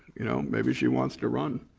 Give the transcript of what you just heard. you know maybe she wants to run.